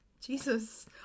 jesus